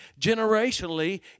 generationally